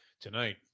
tonight